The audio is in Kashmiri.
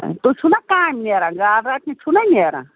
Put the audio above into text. تُہۍ چھُو نا کامہِ نیران گاڈٕ رٹنہِ چھُو نا نیران